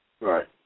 Right